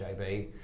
JB